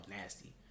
nasty